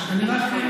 אני רק,